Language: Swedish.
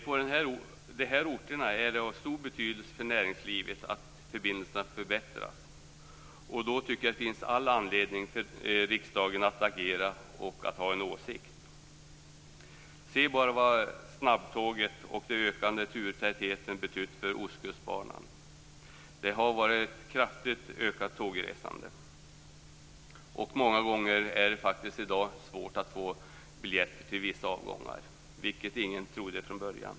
På de här orterna är det av stor betydelse för näringslivet att förbindelserna förbättras, och då tycker jag att det finns all anledning för riksdagen att agera och att ha en åsikt. Se bara vad snabbtåget och den ökade turtätheten betytt för Ostkustbanan! Tågresandet har ökat kraftigt. Många gånger är det svårt att få biljetter till vissa avgångar, vilket ingen trodde från början.